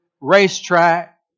racetrack